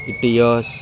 Etios